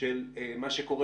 שוב